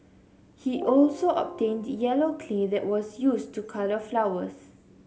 he also obtained yellow clay that was used to colour flowers